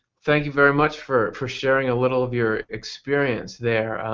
thank you very much for for sharing a little of your experience there.